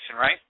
right